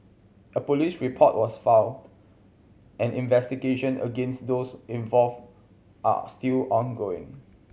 a police report was filed and investigation against those involved are still ongoing